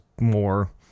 more